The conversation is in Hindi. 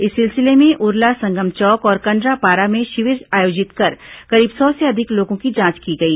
इस सिलसिले में उरला संगम चौक और कंडरापारा में शिविर आयोजित कर करीब सौ से अधिक लोगों की जांच की गई